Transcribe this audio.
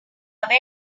very